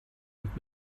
und